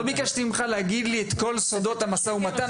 לא ביקשתי ממך להגיד לי את כל סודות המשא ומתן,